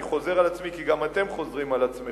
אני חוזר על עצמי, כי גם אתם חוזרים על עצמכם: